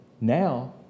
Now